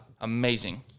Amazing